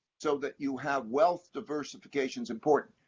so that you have wealth diversification, is important.